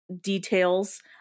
details